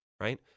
Right